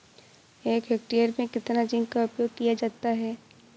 एक हेक्टेयर में कितना जिंक का उपयोग किया जाता है?